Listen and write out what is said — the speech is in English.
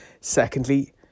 Secondly